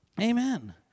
Amen